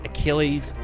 Achilles